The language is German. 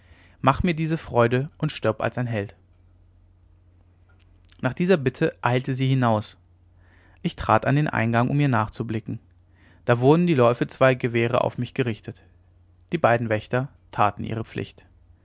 mache mir diese freude und stirb als ein held nach dieser bitte eilte sie hinaus ich trat an den eingang um ihr nachzublicken da wurden die läufe zweier gewehre auf mich gerichtet die beiden wächter taten ihre pflicht